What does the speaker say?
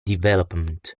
development